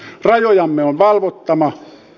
rajojamme on valvottava